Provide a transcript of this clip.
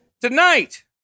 tonight